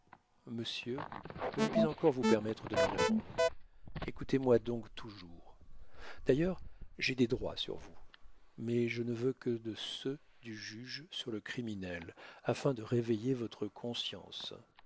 monsieur je ne puis encore vous permettre de me répondre écoutez-moi donc toujours d'ailleurs j'ai des droits sur vous mais je ne veux que de ceux du juge sur le criminel afin de réveiller votre conscience